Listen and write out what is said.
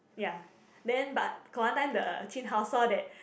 ya then but got one time the jun hao saw that